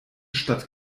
statt